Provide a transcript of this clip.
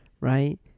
right